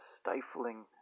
stifling